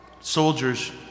soldiers